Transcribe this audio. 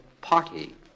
party